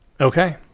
okay